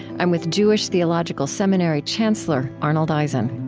i'm with jewish theological seminary chancellor arnold eisen